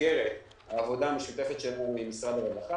ובמסגרת העבודה המשותפת שלנו עם משרד הרווחה,